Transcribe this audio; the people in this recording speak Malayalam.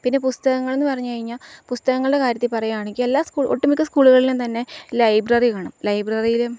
പിന്നെ പുസ്തകങ്ങളെന്നു പറഞ്ഞു കഴിഞ്ഞാല് പുസ്തകങ്ങളുടെ കാര്യത്തില് പറയുകയാണെങ്കില് എല്ലാ ഒട്ടുമിക്ക സ്കൂളുകളിലും തന്നെ ലൈബ്രറി കാണാം ലൈബ്രറിയിലും